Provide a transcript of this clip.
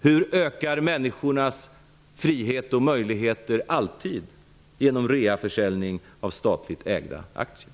Hur ökar människornas frihet och möjligheter alltid genom reaförsäljning av statligt ägda aktier?